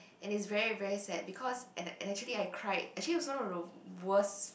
and it's very very sad because and and actually I cried actually it's one of the worse